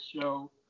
show